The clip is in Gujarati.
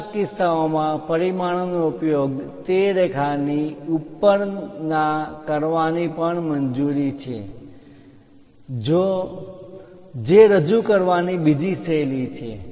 કેટલાક કિસ્સાઓમાં પરિમાણોનો ઉલ્લેખ તે રેખાની ઉપરના કરવાની પણ મંજૂરી છે જે રજૂ કરવાની બીજી શૈલી છે